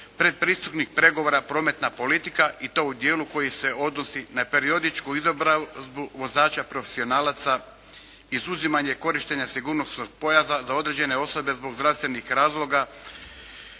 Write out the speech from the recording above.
Pretpristupnih pregovora prometna politika i to u dijelu koji se odnosi na periodičku izobrazbu vozača profesionalaca, izuzimanje korištenja sigurnosnog pojasa za određene osobe zbog zdravstvenih razloga.